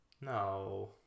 No